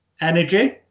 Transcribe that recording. energy